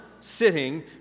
sitting